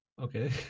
Okay